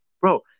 bro